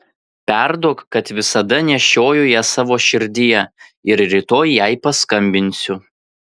perduok kad visada nešioju ją savo širdyje ir rytoj jai paskambinsiu